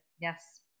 Yes